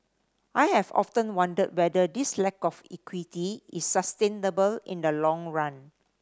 I have often wondered whether this lack of equity is sustainable in the long run